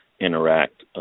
interact